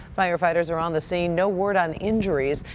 firefighters are on the scene. no word on injuries.